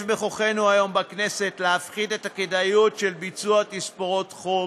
יש בכוחנו היום בכנסת להפחית את הכדאיות של ביצוע תספורות חוב,